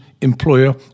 employer